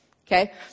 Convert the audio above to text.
okay